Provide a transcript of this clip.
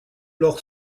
leur